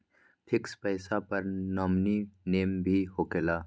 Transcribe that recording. Fix पईसा पर nominee name भी होकेला?